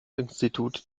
institut